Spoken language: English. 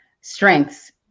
strengths